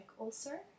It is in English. ulcer